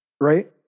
right